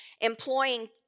employing